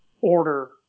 order